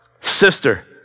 sister